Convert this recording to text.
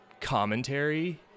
commentary